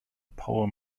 poem